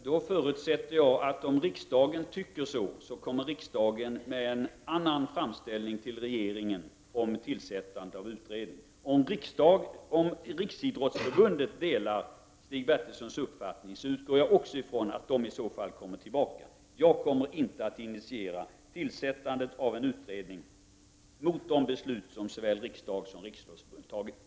Herr talman! Om riksdagen anser detta förutsätter jag att riksdagen kommer med en ny framställning till regeringen om tillsättande av utredningen. Jag utgår också ifrån att Riksidrottsförbundet, om det delar Stig Bertilssons uppfattning, i så fall kommer tillbaka. Jag kommer inte att initiera tillsättandet av en utredning och gå emot de beslut som såväl riksdagen som riksidrottsmötet har fattat.